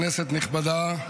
כנסת נכבדה,